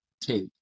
take